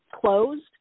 closed